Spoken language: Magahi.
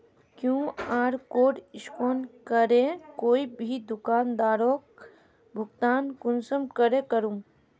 कियु.आर कोड स्कैन करे कोई भी दुकानदारोक भुगतान कुंसम करे करूम?